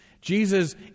Jesus